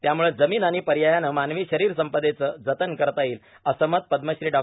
त्यामुळे जमीन व पयायाने मानवी शरांर संपदेचे जतन करता येईल असे मत पद्मश्री डॉ